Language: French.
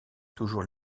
toujours